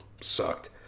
sucked